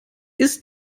ist